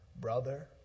brother